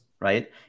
right